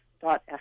dot